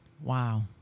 Wow